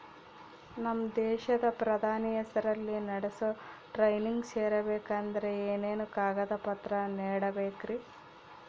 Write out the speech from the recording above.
ನಮ್ಮ ದೇಶದ ಪ್ರಧಾನಿ ಹೆಸರಲ್ಲಿ ನಡೆಸೋ ಟ್ರೈನಿಂಗ್ ಸೇರಬೇಕಂದರೆ ಏನೇನು ಕಾಗದ ಪತ್ರ ನೇಡಬೇಕ್ರಿ?